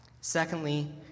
Secondly